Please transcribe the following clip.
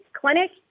clinic